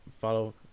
follow